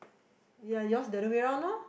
ya yours the other way round one lor